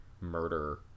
murder